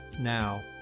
now